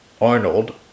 Arnold